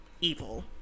evil